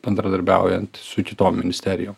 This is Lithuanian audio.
bendradarbiaujant su kitom ministerijom